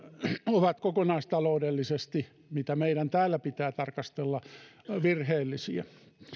ovat kokonaistaloudellisesti mitä meidän täällä pitää tarkastella virheellisiä